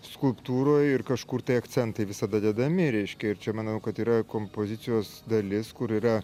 skulptūroj ir kažkur tai akcentai visada dedami reiškia ir čia manau kad yra kompozicijos dalis kur yra